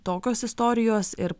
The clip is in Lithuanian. tokios istorijos ir